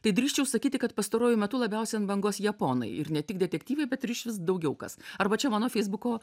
tai drįsčiau sakyti kad pastaruoju metu labiausiai ant bangos japonai ir ne tik detektyvai bet ir iš vis daugiau kas arba čia mano feisbuko